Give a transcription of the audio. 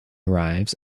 arrives